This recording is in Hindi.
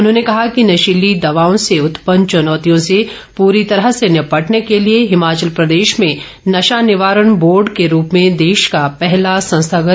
उन्होंने कहा कि नशीली दवाओं से उत्पन्न चुनौतियों से पूरी तरह निपटने के लिए हिमाचल प्रदेश में नशा निवारण बोर्ड के रूप में देश का पहला संस्थागत तंत्र गठित किया गया है